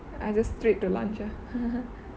I just straight to lunch